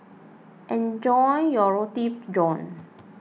enjoy your Roti John